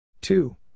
two